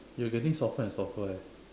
you're getting softer and softer eh